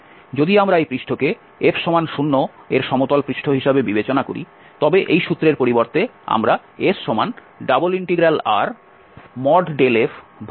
যদি আমরা এই পৃষ্ঠকে f সমান 0 এর সমতল পৃষ্ঠ হিসাবে বিবেচনা করি তবে এই সূত্রের পরিবর্তে আমরা S∬R